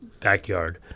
backyard